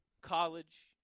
college